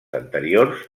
anteriors